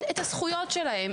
בעניין זכויותיהם,